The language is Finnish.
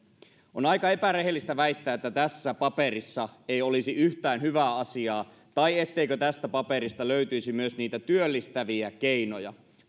on aika epärehellistä väittää että tässä paperissa ei olisi yhtään hyvää asiaa tai etteikö tästä paperista löytyisi myös niitä työllistäviä keinoja